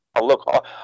Look